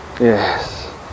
Yes